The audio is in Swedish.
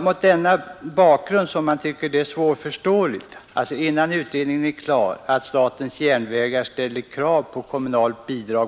Mot denna bakgrund är det svårförståeligt att statens järnvägar, innan utredningen är klar, i sina förhandlingar om busstrafiken på Västernärke ställer krav